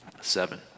seven